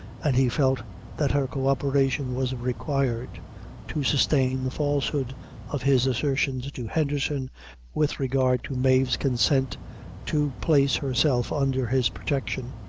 and he felt that her co-operation was required to sustain the falsehood of his assertions to henderson with regard to mave's consent to place herself under his protection.